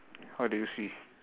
what do you see